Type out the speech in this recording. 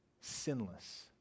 sinless